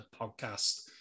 podcast